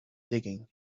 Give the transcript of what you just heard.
digging